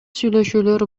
сүйлөшүүлөр